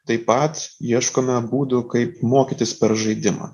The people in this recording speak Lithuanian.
taip pat ieškome būdų kaip mokytis per žaidimą